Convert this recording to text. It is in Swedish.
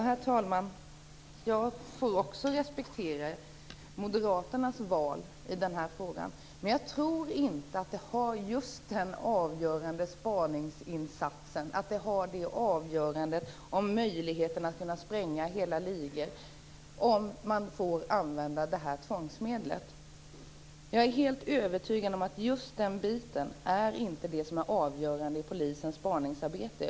Herr talman! Jag får också respektera Moderaternas val i den här frågan. Jag tror inte att det är avgörande för spaningsinsatserna och möjligheten att spränga hela ligor om man får använda det här tvångsmedlet. Jag är helt övertygad om att detta inte är det avgörande i polisens spaningsarbete.